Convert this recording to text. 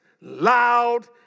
loud